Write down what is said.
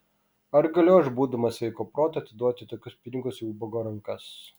ar galiu aš būdamas sveiko proto atiduoti tokius pinigus į ubago rankas